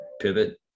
pivot